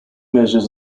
measures